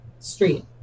Street